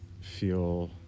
feel